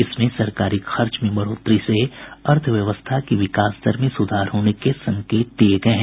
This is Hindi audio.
इसमें सरकारी खर्च में बढ़ोतरी से अर्थव्यवस्था की विकास दर में सुधार होने के संकेत दिये गये हैं